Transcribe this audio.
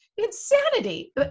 Insanity